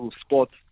sports